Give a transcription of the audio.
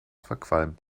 verqualmt